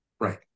Right